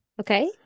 Okay